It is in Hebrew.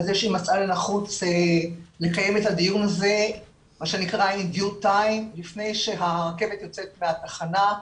זה שמצאה לנחוץ לקיים את הדיון הזה לפני שהרכבת יוצאת מהתחנה,